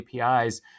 APIs